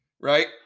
right